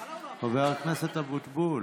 חבר הכנסת אבוטבול,